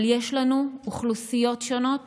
אבל יש לנו אוכלוסיות שונות